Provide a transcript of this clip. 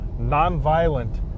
nonviolent